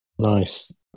Nice